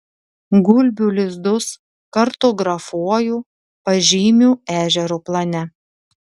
gulbių lizdus kartografuoju pažymiu ežero plane